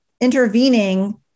intervening